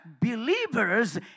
believers